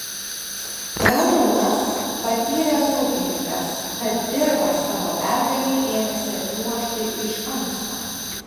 ramūnas patyręs ūkininkas tad dirvą savo pergalei ėmėsi ruošti iš anksto